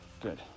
Good